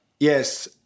Yes